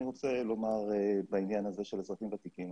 אני רוצה לומר בעניין הזה של אזרחים ותיקים.